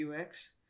UX